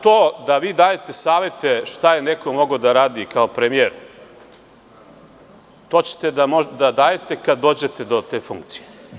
To da vi dajete savete šta je neko mogao da radi kao premijer, to ćete da dajete kad dođete do te funkcije.